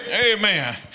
amen